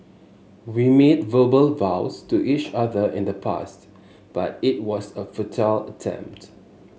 we made verbal vows to each other in the past but it was a futile attempt